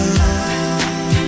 love